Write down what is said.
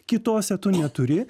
kitose tu neturi